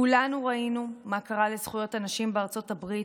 כולנו ראינו מה קרה לזכויות הנשים בארצות הברית